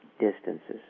distances